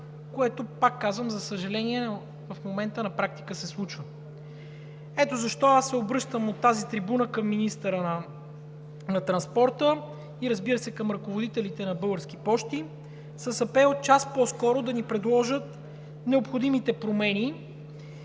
което, пак казвам, за съжаление, в момента на практика се случва. Ето защо аз се обръщам от тази трибуна към министъра на транспорта и, разбира се, към ръководителите на Български пощи с апел час по-скоро да ни предложат необходимите промени